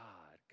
God